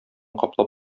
каплап